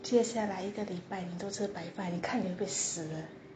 接下来一个礼拜你都吃白饭你看你会死了